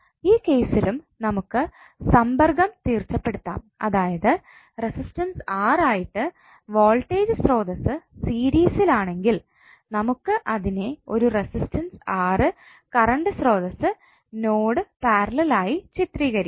ഈ കേസിലും നമുക്ക് സമ്പർക്കം തീർച്ചപ്പെടുത്താം അതായത് റസിസ്റ്റൻസ് R ആയിട്ട് വോൾട്ടേജ് സ്രോതസ്സ് സീരിസിൽ ആണെങ്കിൽ നമുക്ക് അതിനെ ഒരു റസിസ്റ്റൻസ് R കറണ്ട് സ്രോതസ്സ്നോഡ് പാരലൽ ആയി ചിത്രീകരിക്കാം